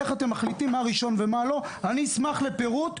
אני אשמח לפירוט.